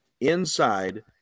inside